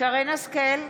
שרן מרים השכל,